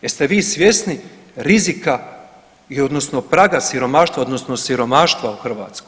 Jeste vi svjesni rizika odnosno praga siromaštva odnosno siromaštva u Hrvatskoj?